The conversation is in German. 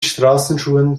straßenschuhen